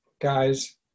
guys